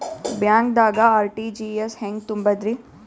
ಬ್ಯಾಂಕ್ದಾಗ ಆರ್.ಟಿ.ಜಿ.ಎಸ್ ಹೆಂಗ್ ತುಂಬಧ್ರಿ?